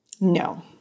No